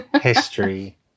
History